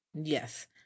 Yes